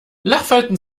lachfalten